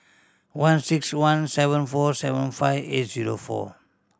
one six one seven four seven five eight zero four